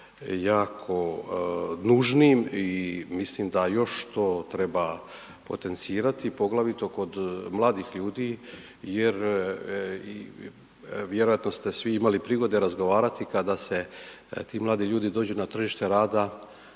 jako nužnim i mislim da još to treba potencirati, poglavito kod mladih ljudi jer vjerojatno ste svi imali prigode razgovarati kada se ti mladi ljudi dođu na tržište rada